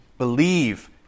Believe